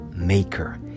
Maker